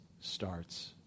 starts